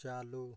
चालू